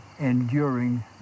enduring